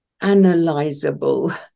analyzable